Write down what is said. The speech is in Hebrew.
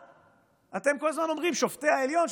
אתם כל הזמן אומרים שופטי העליון,